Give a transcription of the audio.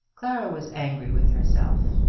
clara was angry with herself,